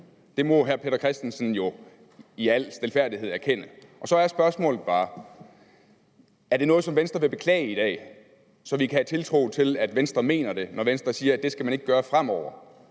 Det må hr. Peter Christensen jo i al stilfærdighed erkende. Så er spørgsmålet bare: Er det noget, som Venstre vil beklage i dag, så vi kan have tiltro til, at Venstre mener det, når Venstre siger, at det skal man ikke gøre fremover,